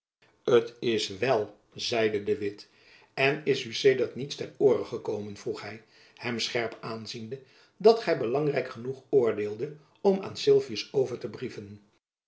t is wel zeide de witt en is u sedert niets ter oore gekomen vroeg hy hem scherp aanziende dat gy belangrijk genoeg oordeeldet om aan sylvius over te brieven